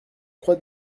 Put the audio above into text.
croix